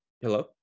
Hello